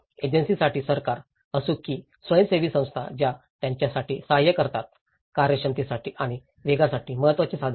एजन्सीजसाठी सरकार असो की स्वयंसेवी संस्था ज्या त्यांच्यासाठी सहाय्य करतात कार्यक्षमतेसाठी आणि वेगासाठी महत्वाची साधने